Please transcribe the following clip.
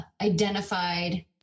identified